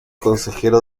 consejero